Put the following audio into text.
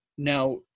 Now